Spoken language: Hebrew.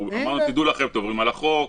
אמרנו להם: תדעו לכם שאתם עוברים על החוק וכו'.